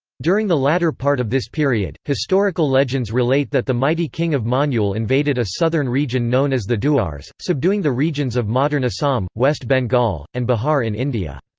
during the latter part of this period, historical legends relate that the mighty king of monyul invaded a southern region known as the duars, subduing the regions of modern assam, west bengal, and bihar in india.